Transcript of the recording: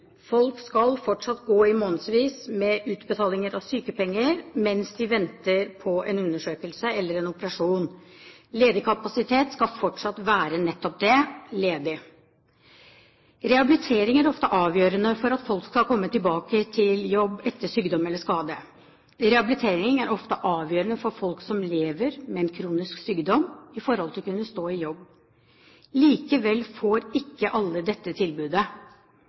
Folk skal fortsatt gå i månedsvis med utbetalinger av sykepenger mens de venter på en undersøkelse eller en operasjon. Ledig kapasitet skal fortsatt være nettopp det, ledig. Rehabilitering er ofte avgjørende for at folk skal komme tilbake til jobb etter sykdom eller skade. Rehabilitering er ofte avgjørende for folk som lever med en kronisk sykdom i forhold til å kunne stå i jobb. Likevel får ikke alle dette tilbudet.